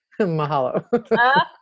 Mahalo